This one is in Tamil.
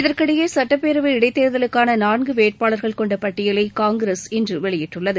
இதற்கிடையே சட்டப்பேரவை இடைத்தேர்தலுக்கான நான்கு வேட்பாளர்கள் கொண்ட பட்டியலை காங்கிரஸ் இன்று வெளியிட்டுள்ளது